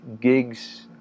gigs